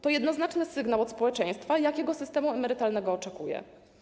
To jednoznaczny sygnał od społeczeństwa, jakiego systemu emerytalnego oczekuje.